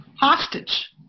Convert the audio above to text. Hostage